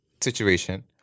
situation